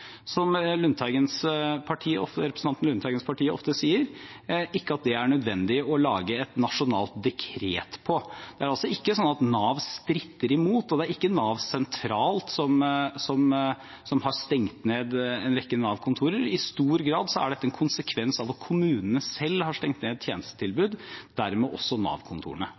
Som representanten Lundteigens parti ofte sier, er det ikke nødvendig å lage et nasjonalt dekret for det. Det er ikke sånn at Nav stritter imot, og det er ikke Nav sentralt som har stengt ned en rekke Nav-kontorer. I stor grad er dette en konsekvens av at kommunene selv har stengt ned et tjenestetilbud, dermed også